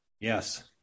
Yes